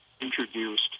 introduced